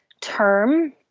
term